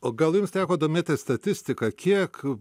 o gal jums teko domėtis statistika kiek